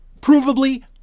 Provably